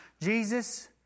Jesus